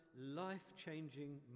life-changing